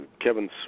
Kevin